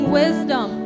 wisdom